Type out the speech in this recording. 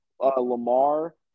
Lamar